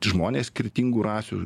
žmonės skirtingų rasių